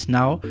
now